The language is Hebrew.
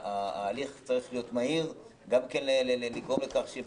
ההליך צריך להיות מהיר ולגרום לכך שיהיה